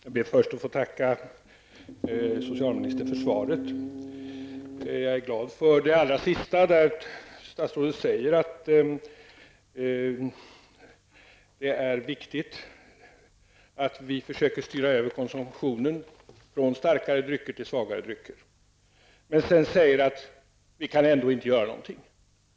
Herr talman! Jag ber först att få tacka socialministern för svaret. Jag är glad för det som statsrådet sade avslutningsvis, nämligen att det är viktigt att vi försöker styra över konsumtionen från starkare drycker till svagare drycker. Men statsrådet säger också att vi ändå inte kan göra någonting.